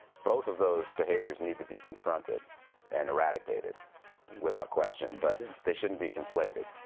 both of those behaviors need to be confronted and irradiated without question, but they shouldn't be conflated.